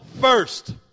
first